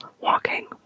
walking